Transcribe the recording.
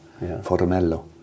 Formello